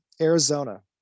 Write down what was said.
Arizona